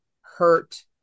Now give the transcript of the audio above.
hurt